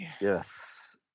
Yes